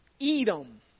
Edom